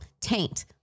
Taint